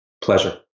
Pleasure